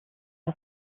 aus